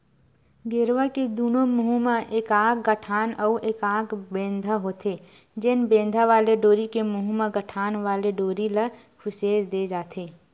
गेरवा के दूनों मुहूँ म एकाक गठान अउ एकाक बेंधा होथे, जेन बेंधा वाले डोरी के मुहूँ म गठान वाले डोरी ल खुसेर दे जाथे